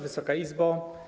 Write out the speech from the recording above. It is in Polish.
Wysoka Izbo!